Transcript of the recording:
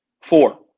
Four